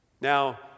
Now